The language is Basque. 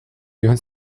joan